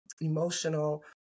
emotional